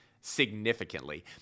significantly